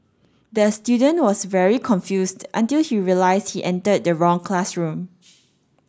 the student was very confused until he realised he entered the wrong classroom